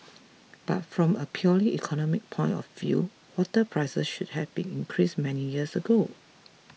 but from a purely economic point of view water prices should have been increased many years ago